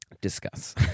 Discuss